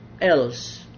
else